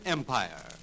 Empire